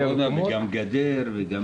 גם קורונה וגם גדר.